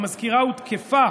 המזכירה הותקפה